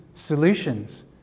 solutions